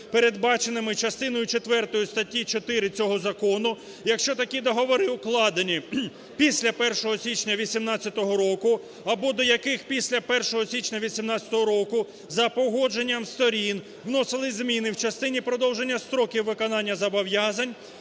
передбаченими частиною четвертою статті 4 цього закону. Якщо такі договори укладені після 1 січня 18-го року або до яких після 1 січня 18-го року за погодженням сторін вносилися зміни в частині продовження строків виконання зобов'язань